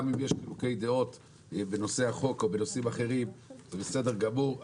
גם אם יש חילוקי דעות בנושא החוק או בנושאים אחרים זה בסדר גמור,